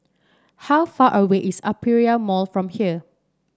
how far away is Aperia Mall from here